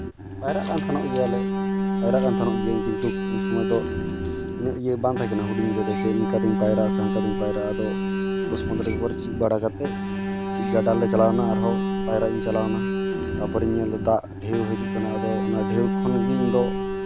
ᱯᱟᱭᱨᱟᱜ ᱠᱟᱱ ᱛᱟᱦᱮᱱᱚᱜ ᱜᱮᱭᱟᱞᱮ ᱯᱟᱭᱨᱟᱜ ᱠᱟᱱ ᱛᱟᱦᱮᱱᱚᱜ ᱜᱮᱭᱟᱧ ᱠᱤᱱᱛᱩ ᱠᱤᱱᱛᱩ ᱩᱱ ᱥᱚᱢᱚᱭ ᱫᱚ ᱩᱱᱟᱹᱜ ᱤᱭᱟᱹ ᱵᱟᱝ ᱛᱟᱦᱮᱸ ᱠᱟᱱᱟ ᱦᱩᱰᱤᱧ ᱨᱮᱫᱚ ᱥᱮ ᱱᱚᱝᱠᱟ ᱛᱤᱧ ᱯᱟᱭᱨᱟᱜ ᱟᱥᱮ ᱦᱟᱱᱠᱟ ᱛᱤᱧ ᱯᱟᱭᱨᱟᱜᱼᱟ ᱟᱫᱚ ᱫᱚᱥ ᱯᱚᱱᱨᱚ ᱵᱟᱨ ᱪᱮᱫ ᱵᱟᱲᱟ ᱠᱟᱛᱮᱫ ᱢᱤᱫᱴᱤᱡ ᱜᱟᱰᱟ ᱨᱮᱞᱮ ᱪᱟᱞᱟᱣᱱᱟ ᱟᱨᱦᱚᱸ ᱯᱟᱭᱨᱟᱜ ᱤᱧ ᱪᱟᱞᱟᱣᱱᱟ ᱛᱟᱨᱯᱚᱨᱮᱧ ᱧᱮᱞᱫᱟ ᱫᱟᱜ ᱰᱷᱮᱣ ᱦᱤᱡᱩᱜ ᱠᱟᱱᱟ ᱟᱫᱚ ᱚᱱᱟ ᱰᱷᱮᱣ ᱠᱷᱚᱱᱜᱮ ᱤᱧᱫᱚ